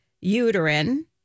uterine